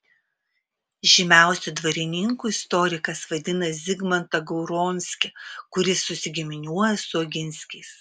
žymiausiu dvarininku istorikas vadina zigmantą gauronskį kuris susigiminiuoja su oginskiais